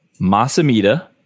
Masamita